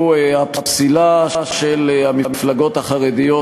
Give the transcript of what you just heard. הוא הפסילה של המפלגות החרדיות,